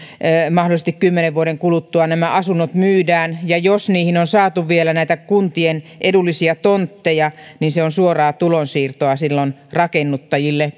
mahdollisesti kymmenen vuoden kuluttua nämä asunnot myydään ja jos niihin on saatu vielä näitä kuntien edullisia tontteja niin se on suoraa tulonsiirtoa silloin rakennuttajille